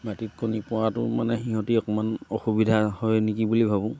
মাটিতত কণী পৰাটো মানে সিহঁতি অকণমান অসুবিধা হয় নেকি বুলি ভাবোঁ